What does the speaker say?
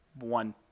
one